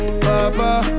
papa